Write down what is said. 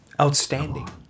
outstanding